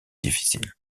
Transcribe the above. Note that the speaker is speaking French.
difficiles